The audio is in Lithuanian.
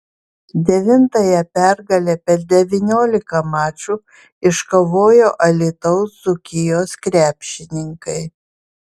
devintąją pergalę per devyniolika mačų iškovojo alytaus dzūkijos krepšininkai